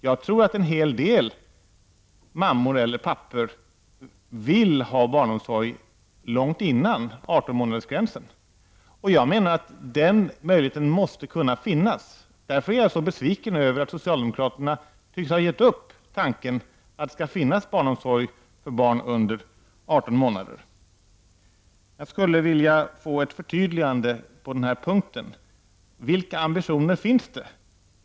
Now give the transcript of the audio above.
Jag tror att en hel del mammor och pappor vill ha barnomsorg långt innan barnet har passerat 18 månadersgränsen. Jag menar att den möjligheten måste finnas. Därför är jag så besviken över att socialdemokraterna tycks ha gett upp tanken att det skall finnas barnomsorg för barn under 18 månader. Jag skulle vilja ha ett förtydligande på den här punkten. Vilka ambitioner finns det?